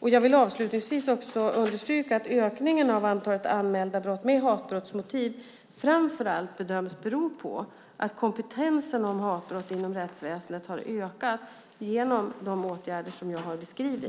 Jag vill avslutningsvis understryka att ökningen av antalet anmälda brott med hatbrottsmotiv framför allt bedöms bero på att kompetensen om hatbrott inom rättsväsendet har ökat genom de åtgärder jag har beskrivit.